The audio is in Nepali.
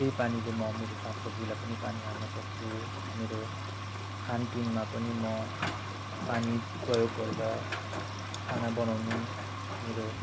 त्यही पानीले म मेरो सागसब्जीलाई पनि पानी हाल्न सक्छु मेरो खानपिनमा पनि म पानी प्रयोग गरेर खाना बनाउनु मेरो